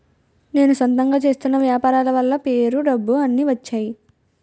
నేను సొంతంగా చేస్తున్న వ్యాపారాల వల్ల పేరు డబ్బు అన్ని వచ్చేయి